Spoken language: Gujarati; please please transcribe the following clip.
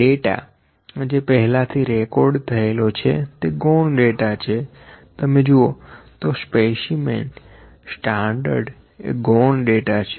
ડેટા જે પહેલાથી રેકોર્ડ થયેલો છે તે ગૌણ ડેટા છેતમે જુઓ તો સ્પીસિમેન સ્ટાન્ડર્ડ એ ગૌણ ડેટા છે